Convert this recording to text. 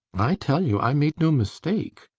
i tell you i made no mistake.